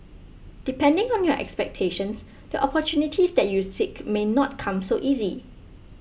depending on your expectations the opportunities that you seek may not come so easy